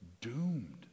doomed